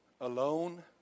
alone